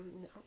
No